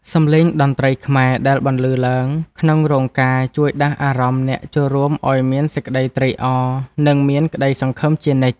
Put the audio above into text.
សម្លេងតន្ត្រីខ្មែរដែលបន្លឺឡើងក្នុងរោងការ ជួយដាស់អារម្មណ៍អ្នកចូលរួមឱ្យមានសេចក្តីត្រេកអរ និងមានក្តីសង្ឃឹមជានិច្ច។